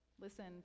Listen